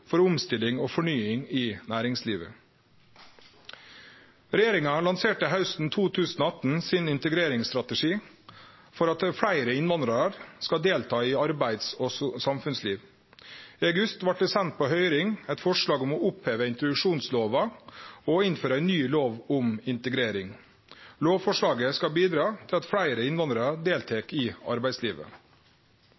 for omstilling og fornying i næringslivet. Regjeringa lanserte hausten 2018 sin integreringsstrategi for at fleire innvandrarar skal delta i arbeids- og samfunnsliv. I august vart det sendt på høyring eit forslag om å oppheve introduksjonslova og innføre ei ny lov om integrering. Lovforslaget skal bidra til at fleire